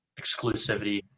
exclusivity